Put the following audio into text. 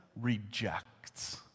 rejects